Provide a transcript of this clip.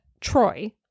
Troy